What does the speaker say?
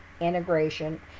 integration